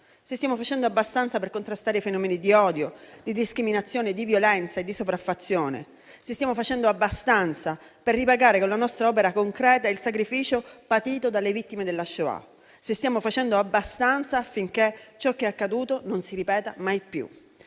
se stiamo facendo abbastanza per contrastare i fenomeni di odio, di discriminazione, di violenza e di sopraffazione, se stiamo facendo abbastanza per ripagare con la nostra opera concreta il sacrificio patito dalle vittime della Shoah, se stiamo facendo abbastanza affinché ciò che è accaduto non si ripeta mai più.